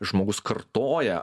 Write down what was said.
žmogus kartoja